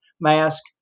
mask